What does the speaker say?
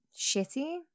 shitty